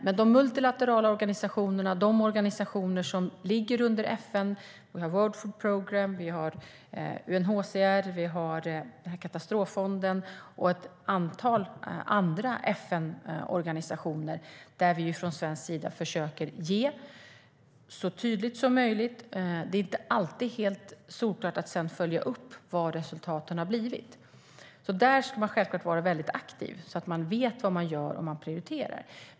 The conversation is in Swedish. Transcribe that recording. Men de multilaterala organisationerna, de organisationer som ligger under FN - det handlar om World Food Programme, UNHCR, katastroffonden och ett antal andra FN-organisationer - försöker vi från svensk sida ge så tydligt som möjligt. Det är inte alltid helt lätt att sedan följa upp resultaten. Där ska man självklart vara väldigt aktiv, så att man vet vad man gör om man prioriterar.